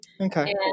okay